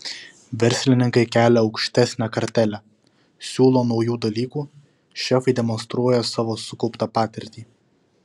verslininkai kelia aukštesnę kartelę siūlo naujų dalykų šefai demonstruoja savo sukauptą patirtį